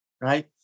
right